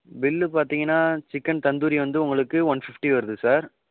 bill பார்த்திங்கன்னா chicken tandoori வந்து உங்களுக்கு ஒன் ஃபிஃப்ட்டி வருது சார்